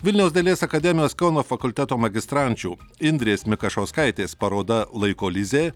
vilniaus dailės akademijos kauno fakulteto magistrančių indrės mikašauskaitės paroda laiko lizė